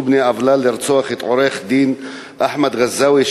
בני עוולה לרצוח את עורך-דין אחמד גזאווי,